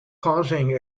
causing